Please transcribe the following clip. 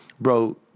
Bro